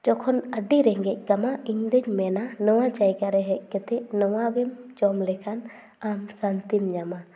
ᱡᱚᱠᱷᱚᱱ ᱟᱹᱰᱤ ᱨᱤᱸᱜᱮᱡ ᱠᱟᱢᱟ ᱤᱧᱫᱚᱧ ᱢᱮᱱᱟ ᱱᱚᱣᱟ ᱡᱟᱭᱜᱟ ᱨᱮ ᱦᱮᱡ ᱠᱟᱛᱮᱫ ᱱᱚᱣᱟ ᱜᱮᱢ ᱡᱚᱢ ᱞᱮᱠᱷᱟᱱ ᱟᱢ ᱥᱟᱹᱱᱛᱤᱢ ᱧᱟᱢᱟ